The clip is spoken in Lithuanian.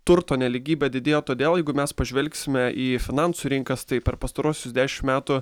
turto nelygybė didėja todėl jeigu mes pažvelgsime į finansų rinkas tai per pastaruosius dešim metų